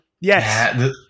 yes